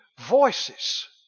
voices